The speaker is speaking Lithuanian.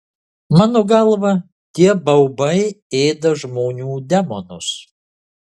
mano galva tie baubai ėda žmonių demonus